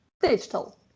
digital